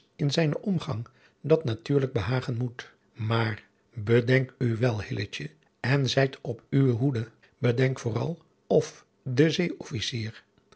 in zijnen omgang dat natuurlijk behagen moet maar bedenk u wel hilletje en zijt op uwe hoede bedenk vooral of en